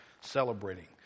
celebrating